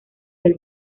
del